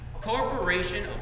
Corporation